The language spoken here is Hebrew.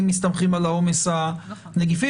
אם מסתמכים על עומס הנגיפים.